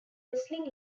wrestling